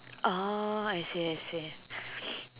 oh I see I see